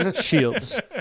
shields